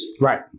Right